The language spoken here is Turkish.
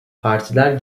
partiler